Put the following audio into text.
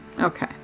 Okay